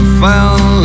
fell